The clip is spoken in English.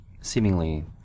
Seemingly